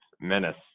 menace